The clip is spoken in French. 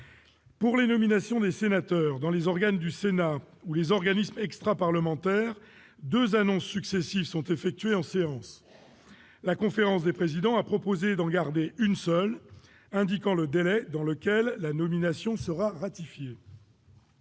Pour les nominations des sénateurs dans les organes du Sénat ou les organismes extraparlementaires, deux annonces successives sont effectuées en séance. La conférence des présidents a proposé d'en garder une seule indiquant le délai dans lequel la nomination sera ratifiée.